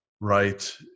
right